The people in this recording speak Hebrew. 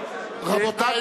רבותי,